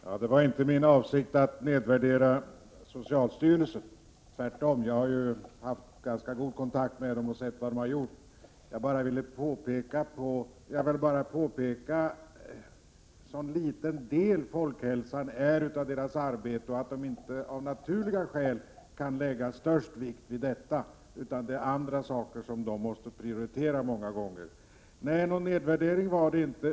Herr talman! Det var inte min mening att nedvärdera socialstyrelsen. Jag har tvärtom haft god kontakt med socialstyrelsen och sett vad den har åstadkommit. Jag ville bara påpeka att arbetet för folkhälsan endast är en liten del av socialstyrelsens arbete och att socialstyrelsen av naturliga skäl inte kan lägga den största vikten vid det. Man måste många gånger prioritera andra uppgifter. Jag gjorde ingen nedvärdering av socialstyrelsen.